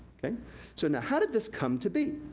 so, now how did this come to be?